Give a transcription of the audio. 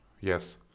yes